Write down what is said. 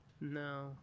No